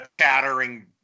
chattering